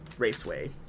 Raceway